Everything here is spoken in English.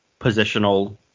positional